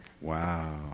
Wow